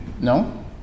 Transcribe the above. No